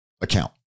account